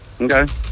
Okay